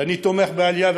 ואני תומך בעלייה,